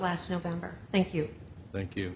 last november thank you thank you